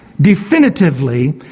definitively